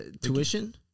Tuition